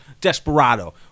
Desperado